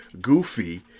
goofy